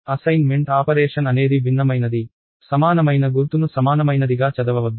assignment operation అనేది భిన్నమైనది సమానమైన గుర్తును సమానమైనదిగా చదవవద్దు